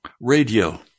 Radio